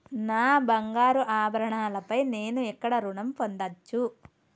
నా బంగారు ఆభరణాలపై నేను ఎక్కడ రుణం పొందచ్చు?